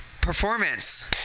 performance